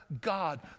god